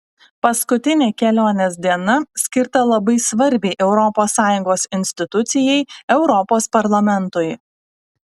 paskutinė kelionės diena skirta labai svarbiai europos sąjungos institucijai europos parlamentui